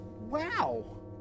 Wow